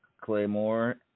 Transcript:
Claymore